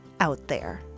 OutThere